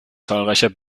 zahlreicher